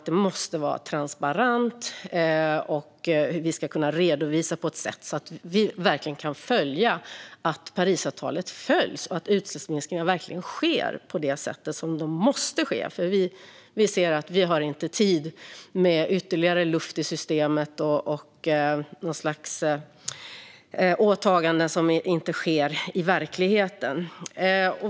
Det ska vara transparent, och vi ska kunna redovisa det på ett sätt så att vi verkligen kan se att Parisavtalet följs och att utsläppsminskningar verkligen sker på det sätt som de måste ske. Vi har inte tid med ytterligare luft i systemet och åtaganden som inte blir verklighet.